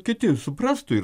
kiti suprastų ir